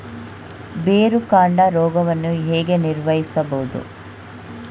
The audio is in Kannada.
ಬೇರುಕಾಂಡ ರೋಗವನ್ನು ಹೇಗೆ ನಿರ್ವಹಿಸಬಹುದು?